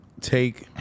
take